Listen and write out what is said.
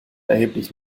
erheblich